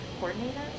coordinator